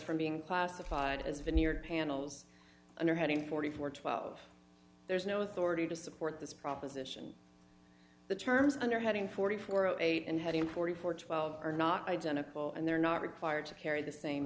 from being classified as veneer panels and are having forty four twelve there's no authority to support this proposition the terms under heading forty four zero eight and having forty four twelve are not identical and they're not required to carry the same